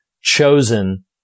chosen